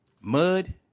mud